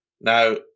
Now